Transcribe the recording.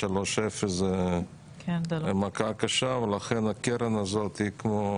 3.0 זו מכה קשה ולכן הקרן הזאת היא כמו